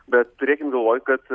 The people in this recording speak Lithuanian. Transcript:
bet turėkim galvoj kad